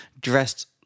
dressed